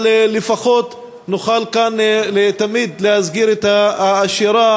אבל לפחות נוכל כאן לתמיד להזכיר את השירה,